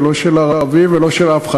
ולא של ערבים ולא של אף אחד.